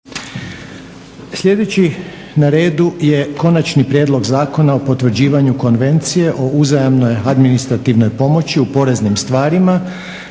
Sljedeći na redu je - Konačni prijedlog zakona o potvrđivanju Konvencije o uzajamnoj administrativnoj pomoći u poreznim stvarima